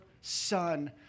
son